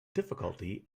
difficulties